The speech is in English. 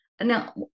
Now